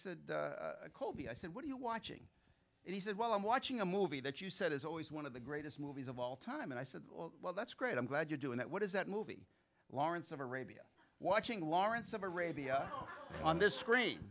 colby i said what are you watching and he said well i'm watching a movie that you said is always one of the greatest movies of all time and i said well that's great i'm glad you're doing that what is that movie lawrence of arabia watching lawrence of arabia on this screen